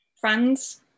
friends